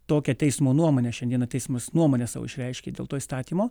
tokią teismo nuomonę šiandien teismus nuomonę sau išreiškė dėl to įstatymo